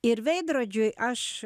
ir veidrodžiui aš